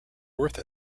worth